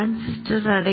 sub கோப்பும் உள்ளது